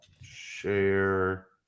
share